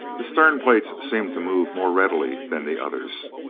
the stern plates seemed to move more readily than the others.